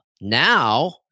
now